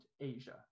Asia